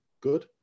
good